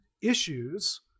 issues